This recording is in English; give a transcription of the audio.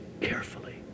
carefully